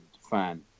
fan